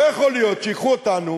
לא יכול להיות שייקחו אותנו